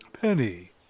Penny